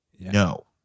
no